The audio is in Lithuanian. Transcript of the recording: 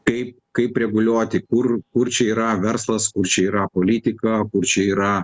kaip kaip reguliuoti kur kur čia yra verslas kur čia yra politika kur čia yra